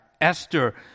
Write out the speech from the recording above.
esther